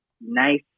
nice